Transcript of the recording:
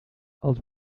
els